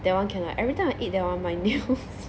that one can [what] everytime I eat that one my nails